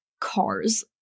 cars